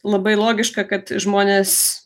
labai logiška kad žmonės